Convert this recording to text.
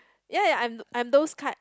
ya ya I'm I'm those kind